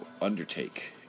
undertake